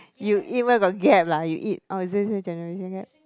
you eat where got gap lah you eat oh you say say generation gap